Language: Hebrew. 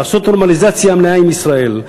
לעשות נורמליזציה מלאה עם ישראל,